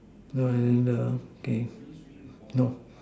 no as in the okay no